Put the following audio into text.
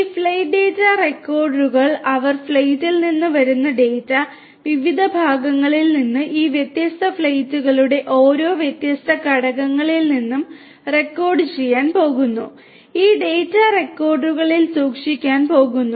ഈ flight data റെക്കോർഡറുകൾ അവർ ഫ്ലൈറ്റിൽ നിന്ന് വരുന്ന ഡാറ്റ വിവിധ ഭാഗങ്ങളിൽ നിന്ന് ഈ വ്യത്യസ്ത ഫ്ലൈറ്റുകളുടെ ഓരോ വ്യത്യസ്ത ഘടകങ്ങളിൽ നിന്നും റെക്കോർഡ് ചെയ്യാൻ പോകുന്നു ഈ ഡാറ്റ റെക്കോർഡറുകളിൽ സൂക്ഷിക്കാൻ പോകുന്നു